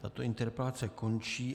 Tato interpelace končí.